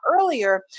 earlier